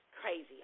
Crazy